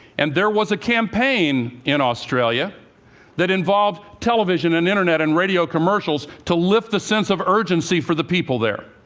and there was a campaign in australia that involved television and internet and radio commercials to lift the sense of urgency for the people there.